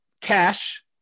Cash